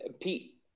Pete